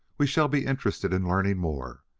we shall be interested in learning more.